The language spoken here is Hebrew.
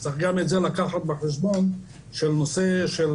אז צריך גם את זה לקחת בחשבון בנושא של